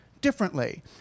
differently